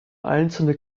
einzelne